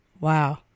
Wow